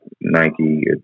Nike